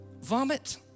vomit